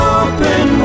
open